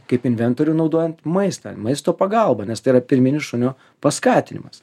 kaip inventorių naudojant maistą maisto pagalba nes tai yra pirminis šunio paskatinimas